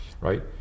right